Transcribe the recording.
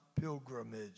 pilgrimage